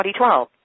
2012